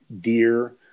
deer